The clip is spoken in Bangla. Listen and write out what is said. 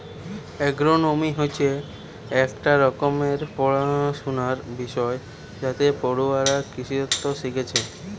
এগ্রোনোমি হচ্ছে একটা রকমের পড়াশুনার বিষয় যাতে পড়ুয়ারা কৃষিতত্ত্ব শিখছে